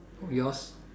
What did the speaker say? yours